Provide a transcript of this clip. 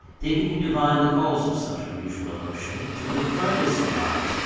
thinking he divined the cause of such unusual emotion, to confirm his surmise,